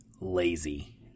lazy